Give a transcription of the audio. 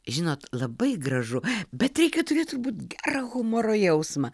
žinot labai gražu bet reikia turėt turbūt gerą humoro jausmą